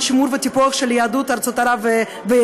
שימור וטיפוח התרבות והמורשת של יהדות ארצות ערב והאסלאם,